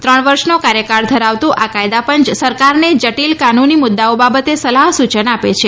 ત્રણ વર્ષનો કાર્યકાળ ધરાવતું આ કાયદાપંચ સરકારને જટીલ કાનૂની મુદ્દાઓ બાબતે સલાહ સૂચન આપે છે